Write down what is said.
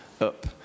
up